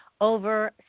over